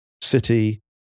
City